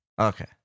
Okay